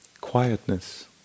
quietness